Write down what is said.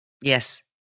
Yes